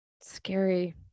scary